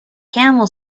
camel